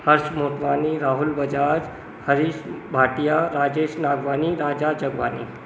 Harsh Motwani Rahul Bajaj Harish Bhatia Rajesh Nagwani Raja Jagwani